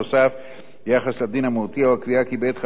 ביחס לדין המהותי הוא הקביעה כי בעת חלוקת הירושה לא